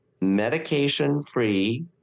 medication-free